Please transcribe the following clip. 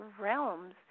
realms